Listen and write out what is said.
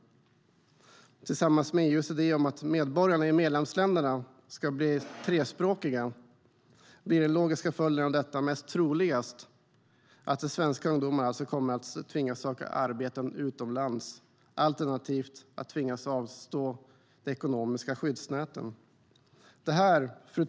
Tillsammans med EU:s idé om att medborgarna i medlemsländerna ska bli trespråkiga blir den logiska följden av detta troligast att de svenska ungdomarna kommer att tvingas söka arbeten utomlands alternativt att tvingas avstå de ekonomiska skyddsnäten.